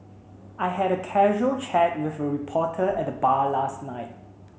I had a casual chat with a reporter at the bar last night